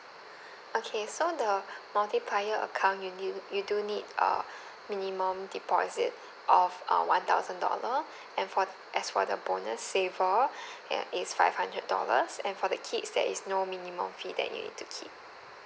okay so the multiplier account you you you do need a minimum deposit of uh one thousand dollar and for as for the bonus saver uh it's five hundred dollars and for the kids there is no minimum fee that you need to keep